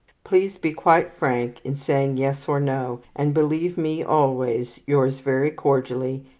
please be quite frank in saying yes or no, and believe me always, yours very cordially,